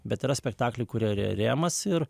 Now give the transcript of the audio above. bet yra spektakliai kur yra rėmas ir